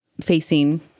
facing